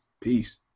Peace